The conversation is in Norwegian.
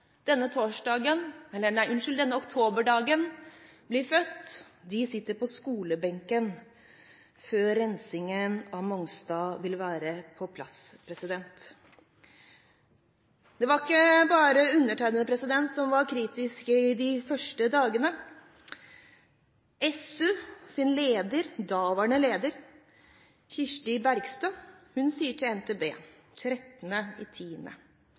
på skolebenken før rensingen av Mongstad ville være på plass. Det var ikke bare undertegnede som var kritisk i de første dagene. SUs daværende leder, Kirsti Bergstø, sa til NTB